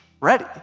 ready